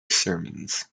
sermons